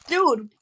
Dude